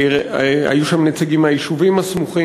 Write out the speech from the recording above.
היו שם נציגים מהיישובים הסמוכים,